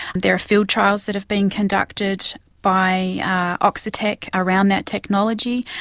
there are field trials that have been conducted by oxitec around that technology.